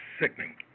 sickening